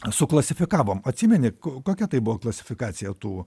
suklasifikavom atsimeni kokia tai buvo klasifikacija tų